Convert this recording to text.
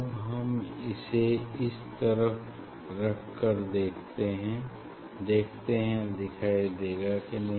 अब हम इसे इस तरफ रख कर देखते हैं देखते है दिखाई देगा कि नहीं